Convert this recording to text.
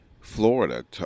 Florida